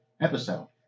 episode